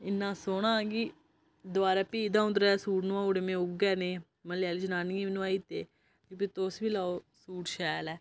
इ'न्ना सोह्ना कि दबारा फ्ही दो त्रै सूट नोऐउड़े उ'यै नेह् म्हल्ले आह्ली जनानियें बी नोआई दित्ते कि भाई तुस बी लैओ सूट शैल ऐ